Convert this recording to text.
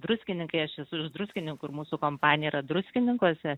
druskininkai aš esu iš druskininkų ir mūsų kompanija yra druskininkuose